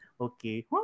Okay